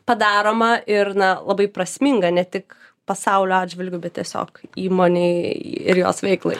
padaroma ir na labai prasminga ne tik pasaulio atžvilgiu bet tiesiog įmonei ir jos veiklai